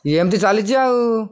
ଏଇ ଏମିତି ଚାଲିଛି ଆଉ